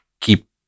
keep